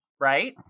Right